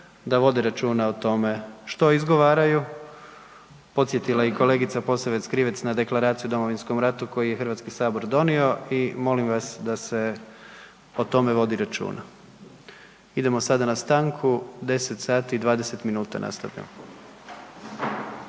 da vode računa o tome što izgovaraju. Podsjetila je i kolegica Posavec Krivec na Deklaraciju o Domovinskom ratu koju je HS donio i molim vas da se o tome vodi računa. Idemo sada na stanku, 10:20 nastavljamo.